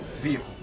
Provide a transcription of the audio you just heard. Vehicle